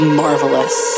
marvelous